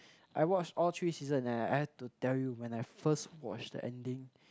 I watched all three season and I had to tell you when I first watched the ending